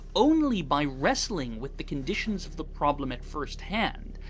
only by wrestling with the conditions of the problem at first hand,